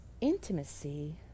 intimacy